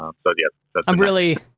um so yeah i'm really,